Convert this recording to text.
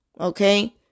Okay